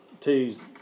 teased